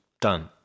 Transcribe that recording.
done